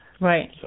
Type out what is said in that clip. Right